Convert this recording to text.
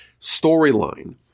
storyline